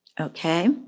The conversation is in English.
okay